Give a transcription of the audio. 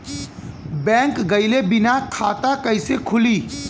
Bank गइले बिना खाता कईसे खुली?